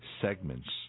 segments